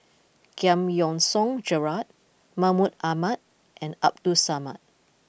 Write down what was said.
Giam Yean Song Gerald Mahmud Ahmad and Abdul Samad